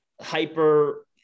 hyper